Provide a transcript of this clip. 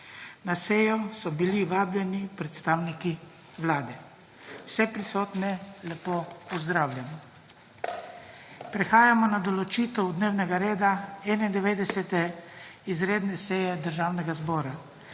Na sejo so bili vabljeni predstavniki Vlade. Vse prisotne lepo pozdravljam! Prehajamo na določitev dnevnega reda 91. izredne seje Državnega zbora.